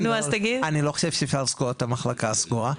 אני לא חושב שאפשר לסגור את המחלקה הסגורה.